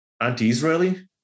anti-Israeli